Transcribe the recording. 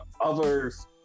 others